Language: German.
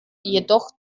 jedoch